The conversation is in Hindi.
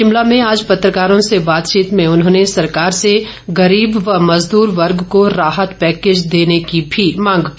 शिमला में आज पत्रकारों से बातचीत में उन्होंने सरकार से गरीब व मजदर वर्ग को राहत पैकेज देने की भी मांग की